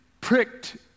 pricked